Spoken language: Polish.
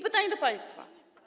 Pytanie do państwa.